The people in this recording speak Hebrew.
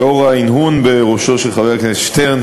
לאור ההנהון בראשו של חבר הכנסת שטרן,